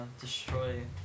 destroy